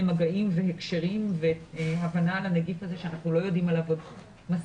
מגעים והקשרים והבנה על הנגיף הזה שאנחנו לא יודעים עליו מספיק.